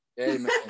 Amen